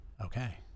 okay